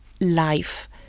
life